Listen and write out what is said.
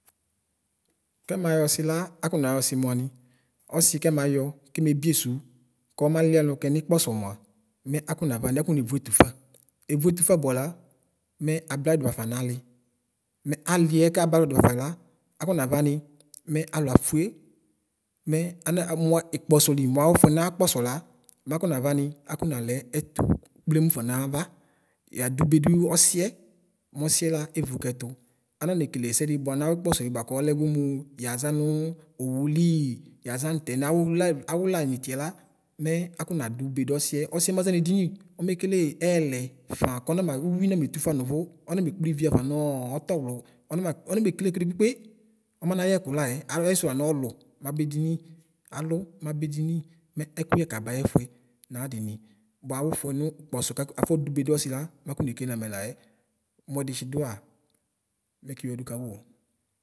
Kɛmayɔsi la akɔnayɔsi muani, ǝsi kɛmayɔ, kemebiesu, kɔmalialo kɛ nukpɔsɔ mua, mɛ afɔna vani afonevuetu f́a. Evuetufa buala mɛ ablayidu ɣafa nali. Mɛ aliɛ kablayi duɣafala, afonavani me aluafue mɛ ana mu ikpɔsɔli muawuefuɛ nakpɔsɔ la, makɔvani akɔnale ɛtu kplemufa nava; yadubedui osie, mosiela evo keto. Ananekelesedi bua nawikpɔsɔɛ bua mɔlɛ go nu yaza nuu owulii, yaza ŋtɛ nawula awula nitiɛ la, me akonadube duɔsie. Ɔsiɛ maza nedini omekele ɛyɛlɛ nafɔa akonama uwiname tufa nuvu, ɔname kplivi ɣafanɔɔ ɔtɔwlɔ, ɔnanma ɔnamekele ɛkɛdi kpekpe. Ɔmanayɛkulaɛ aluayisu la nɔlu mabedini, alumabedini mɛ ɛkuyɛ kabaɛfuɛ naadini, buawufuɛ nu kpɔsɔka afɔdubeduɔsi la, makonekele amɛlaɛ mɔdishidua mɛ kiyǝdu kawuo.